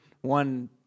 one